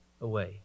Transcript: away